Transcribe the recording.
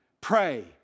Pray